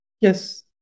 Yes